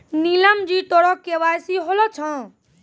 नीलम जी तोरो के.वाई.सी होलो छौं?